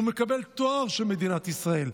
הוא מקבל תואר של מדינת ישראל,